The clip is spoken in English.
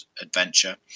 adventure